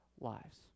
lives